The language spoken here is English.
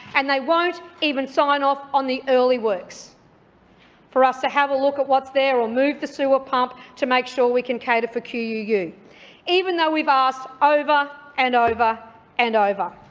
and they won't even sign off on the early works for us to have a look at what's there or move the sewer pump to make sure we can cater for quu, even though we've asked over and over and over.